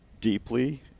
deeply